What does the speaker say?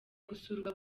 gusurwa